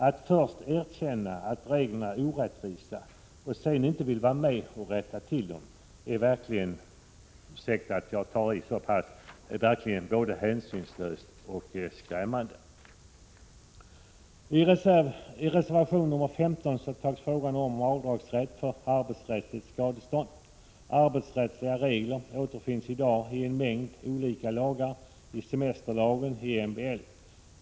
Att först erkänna att reglerna är orättvisa och sedan inte vilja vara med och rätta till dem är verkligen — jag ber om ursäkt för att jag tar i — både hänsynslöst och skrämmande. I reservation 15 tas frågan upp om rätt till avdrag för arbetsrättsligt skadestånd. Arbetsrättsliga regler återfinns i dag i en mängd olika lagar, däribland semesterlagen och MBL.